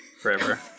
Forever